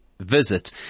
visit